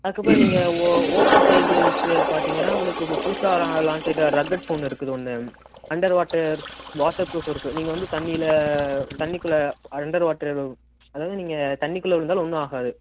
அதுக்கப்புறம் நீங்கள் ஓ ஓப்போ சைடு பார்த்தீங்கன்னா உங்களுக்கு இப்போ புதுசாக லான்ச் ஆன ரக்கட் ஃபோன் இருக்குது ஒன்று அண்டர் வாட்டர் வாட்டர் பரூஃப் இருக்குது நீங்கள் வந்து தண்ணியில் தண்ணிக்குள்ளே அண்டர் வாட்டரு அதாவது நீங்கள் தண்ணிக்குள்ளே விழுந்தாலும் ஒன்றும் ஆகாது